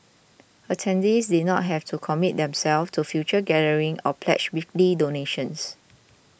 attendees did not have to commit themselves to future gatherings or pledge weekly donations